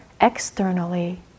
externally